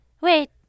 Wait